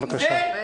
אנחנו בדיון אחר.